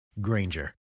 Granger